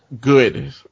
Good